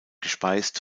gespeist